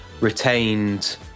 retained